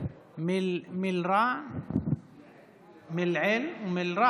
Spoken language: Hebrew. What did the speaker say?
במלרע או במלעיל?